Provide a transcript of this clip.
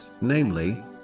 namely